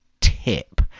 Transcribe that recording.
tip